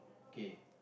K